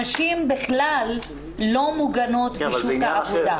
נשים בכלל לא מוגנות בשוק העבודה.